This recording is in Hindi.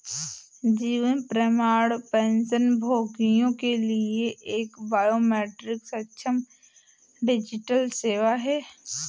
जीवन प्रमाण पेंशनभोगियों के लिए एक बायोमेट्रिक सक्षम डिजिटल सेवा है